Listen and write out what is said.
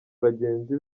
bagenzi